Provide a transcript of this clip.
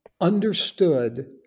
understood